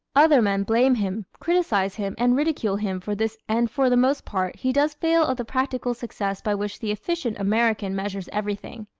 other men blame him, criticise him and ridicule him for this and for the most part he does fail of the practical success by which the efficient american measures everything.